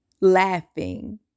laughing